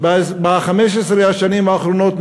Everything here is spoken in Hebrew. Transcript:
ב-15 השנים האחרונות.